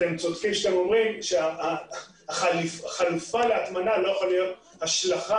אתם צודקים כשאתם אומרים שהחלופה להטמנה לא יכולה להיות השלכה